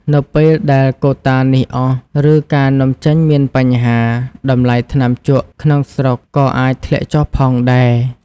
នៅពេលដែលកូតានេះអស់ ឬការនាំចេញមានបញ្ហា តម្លៃថ្នាំជក់ក្នុងស្រុកក៏អាចធ្លាក់ចុះផងដែរ។